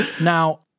Now